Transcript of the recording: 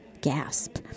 Gasp